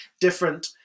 different